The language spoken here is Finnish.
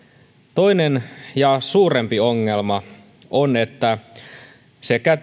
toinen ja suurempi ongelma on että sekä